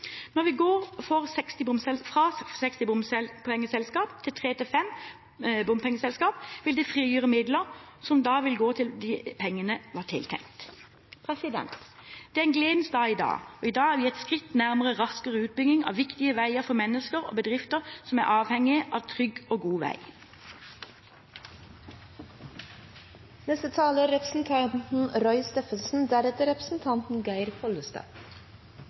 Når vi går fra 60 bompengeselskap til tre–fem bompengeselskap, vil det frigjøre midler som vil gå til det pengene var tiltenkt. Det er en gledens dag i dag, og i dag er vi ett skritt nærmere en raskere utbygging av viktige veier for mennesker og bedrifter som er avhengige av en trygg og god vei. Dette har vært en litt merkelig debatt, der vi som vanlig har fått forskjellige typer kritikk fra Arbeiderpartiet. Representanten